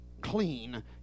clean